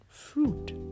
fruit